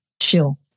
chill